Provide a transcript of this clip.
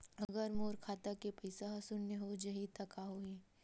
अगर मोर खाता के पईसा ह शून्य हो जाही त का होही?